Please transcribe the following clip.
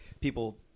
people